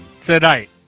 tonight